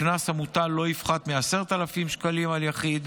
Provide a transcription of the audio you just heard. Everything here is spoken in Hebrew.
הקנס המוטל לא יפחת מ־10,000 שקלים על יחיד,